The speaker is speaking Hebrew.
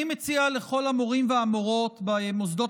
אני מציע לכל המורים והמורות במוסדות